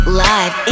live